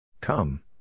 Come